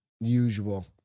usual